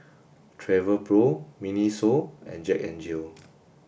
Travelpro Miniso and Jack N Jill